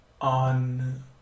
on